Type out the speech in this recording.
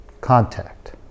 contact